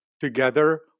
together